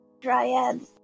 dryads